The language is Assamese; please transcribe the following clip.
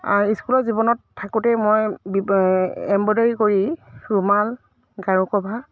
স্কুলৰ জীৱনত থাকোঁতেই মই এম্ব্ৰইডাৰী কৰি ৰুমাল গাৰু কভাৰ